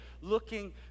looking